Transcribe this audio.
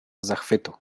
zachwytu